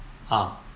ah